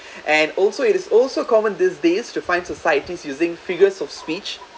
and also it is also common these days to find societies using figures of speech